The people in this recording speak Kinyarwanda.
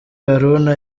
haruna